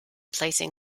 placing